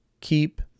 keep